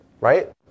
right